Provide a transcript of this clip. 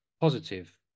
positive